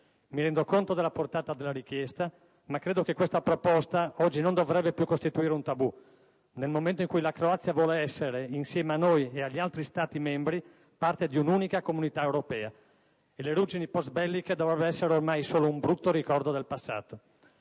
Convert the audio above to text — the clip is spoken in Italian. Mi rendo conto della portata della richiesta, ma credo che questa proposta oggi non dovrebbe più costituire un tabù, nel momento in cui la Croazia vuole essere, insieme a noi e agli altri Stati membri, parte di un'unica Comunità europea e le ruggini postbelliche dovrebbero essere ormai solo un brutto ricordo del passato.